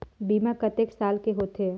बीमा कतेक साल के होथे?